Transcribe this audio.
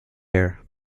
air